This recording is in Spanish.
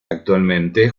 actualmente